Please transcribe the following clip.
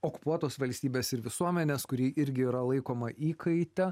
okupuotos valstybės ir visuomenės kuri irgi yra laikoma įkaite